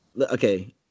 Okay